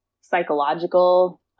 psychological